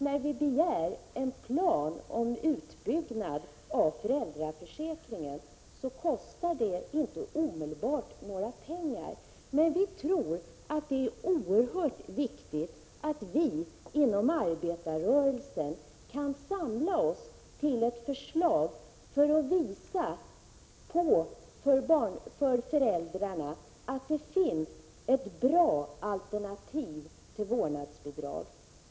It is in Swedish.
Vårt förslag om en plan för utbyggnad av föräldraförsäkringen kostar inte omedelbart några pengar, men jag tror att det är oerhört viktigt att vi inom arbetarrörelsen kan samla oss till ett förslag som visar föräldrarna att det finns ett bra alternativ till vårdnadsbidrag.